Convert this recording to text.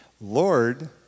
Lord